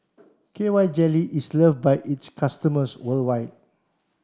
K Y jelly is love by its customers worldwide